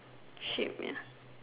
shape ya